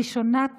ראשונת